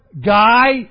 guy